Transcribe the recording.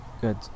Good